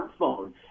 smartphone